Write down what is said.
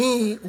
אני,